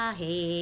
hey